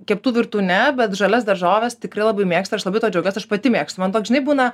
keptų virtų ne bet žalias daržoves tikrai labai mėgsta ir aš labai tuo džiaugiuos aš pati mėgstu man toks žinai būna